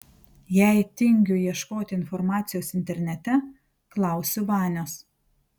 jei tingiu ieškoti informacijos internete klausiu vanios